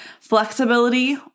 flexibility